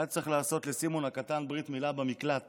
והיה צריך לעשות לסימון הקטן ברית מילה במקלט